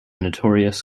notorious